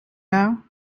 now